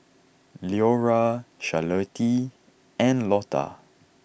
Leora Charlottie and Lotta